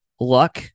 luck